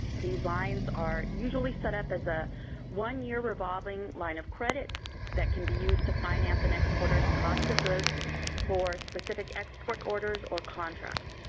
these lines are usually set up as a one-year revolving line of credit that can be used to finance an exporter's cost of goods for specific export orders or contracts,